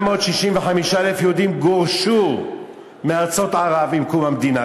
865,000 יהודים גורשו מארצות ערב עם קום המדינה,